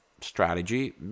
strategy